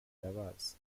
irabazi